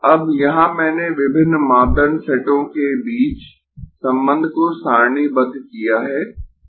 अब यहाँ मैंने विभिन्न मापदंड सेटों के बीच संबंध को सारणीबद्ध किया है